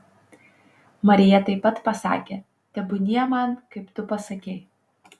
marija taip pat pasakė tebūnie man kaip tu pasakei